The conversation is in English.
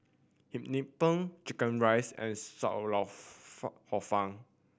Hum Chim Peng chicken rice and Sam Lau fun Hor Fun